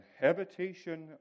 habitation